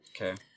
Okay